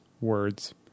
words